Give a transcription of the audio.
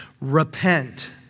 Repent